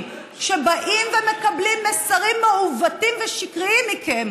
שבאים ומקבלים מסרים מעוותים ושקריים מכם,